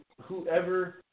whoever